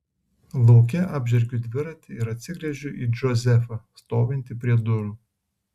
lauke apžergiu dviratį ir atsigręžiu į džozefą stovintį prie durų